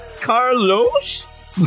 Carlos